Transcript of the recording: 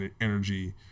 energy